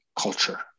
culture